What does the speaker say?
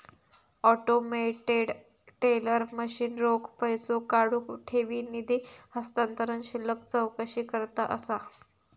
automated teller machine रोख पैसो काढुक, ठेवी, निधी हस्तांतरण, शिल्लक चौकशीकरता असा